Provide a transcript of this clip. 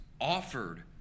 offered